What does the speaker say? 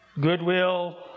Goodwill